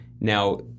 Now